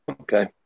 Okay